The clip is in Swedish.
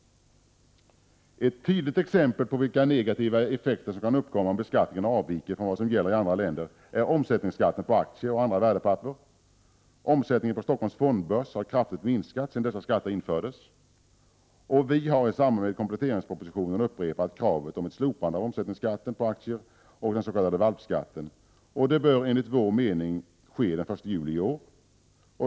Ett tydligt exempel på vilka negativa effekter som kan uppkomma om beskattningen avviker från vad som gäller i andra länder är omsättningsskatten på aktier och andra värdepapper. Omsättningen på Stockholms fondbörs har kraftigt minskat sedan dessa skatter infördes. Vi har i samband med kompletteringspropositionen upprepat kravet på ett slopande av omsättningsskatten på aktier och den s.k. valpskatten. Det bör enligt vår mening ske den 1 juli i år.